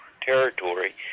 territory